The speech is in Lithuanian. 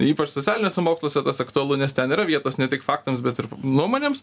ypač socialiniuose moksluose tas aktualu nes ten yra vietos ne tik faktams bet ir nuomonėms